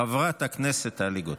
חבר הכנסת רון כץ,